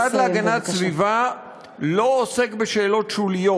משרד להגנת הסביבה לא עוסק בשאלות שוליות,